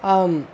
ஆம்